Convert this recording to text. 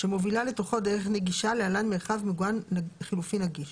שמובילה לתוכו דרך נגישה (להלן מרחב מוגן חלופי נגיש).